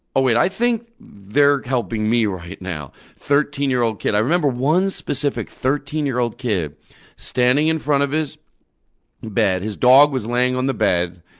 oh, wait, i think they're helping me right now, thirteen-year-old kid. i remember one specific thirteen-year-old kid standing in front of his bed, his dog was laying on the bed,